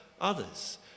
others